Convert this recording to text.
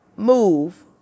Move